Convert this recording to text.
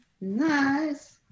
Nice